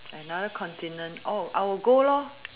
another continent I will go